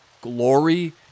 Glory